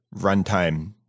runtime